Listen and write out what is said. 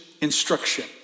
instruction